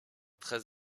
très